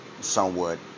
somewhat